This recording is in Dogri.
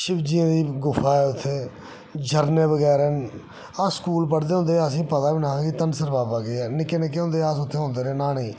शिवजी दी गुफा उत्थै झरणें बगैरा न अस स्कूल पढ़दे होंदे हे असें गी पता गै नेईं हा के धनसर बाबा केह् ऐ निक्के निक्के होंदे हे उत्थै औंदे हे न्हाने गी